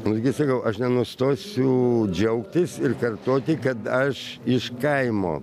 nugi sakau aš nenustosiu džiaugtis ir kartoti kad aš iš kaimo